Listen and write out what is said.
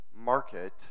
market